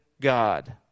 God